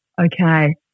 okay